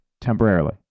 temporarily